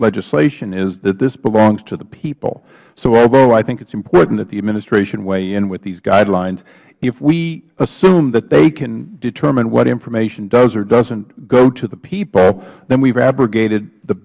legislation is that this belongs to the people so although i think it is important that the administration weigh in with these guidelines if we assume that they can determine what information does or doesnt go to the people then we